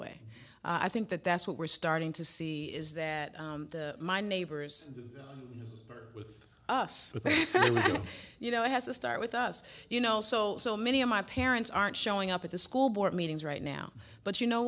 way i think that that's what we're starting to see is that my neighbors are with us i mean you know it has to start with us you know so so many of my parents aren't showing up at the school board meetings right now but you know